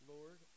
Lord